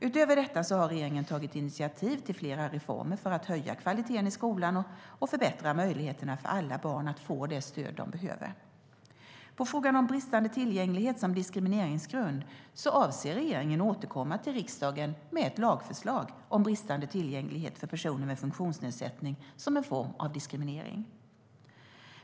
Utöver detta har regeringen tagit initiativ till flera reformer för att höja kvaliteten i skolan och förbättra möjligheterna för alla barn att få det stöd de behöver. Beträffande frågan om bristande tillgänglighet som diskrimineringsgrund avser regeringen att återkomma till riksdagen med ett lagförslag om bristande tillgänglighet för personer med funktionsnedsättning som en form av diskriminering.